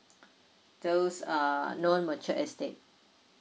those ah non matured estate